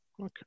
Okay